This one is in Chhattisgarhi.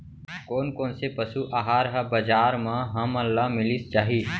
कोन कोन से पसु आहार ह बजार म हमन ल मिलिस जाही?